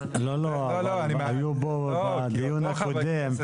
מאות שנים בוודאי,